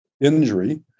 injury